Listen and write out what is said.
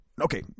okay